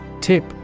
Tip